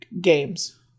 games